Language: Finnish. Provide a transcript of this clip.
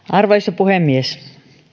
arvoisa puhemies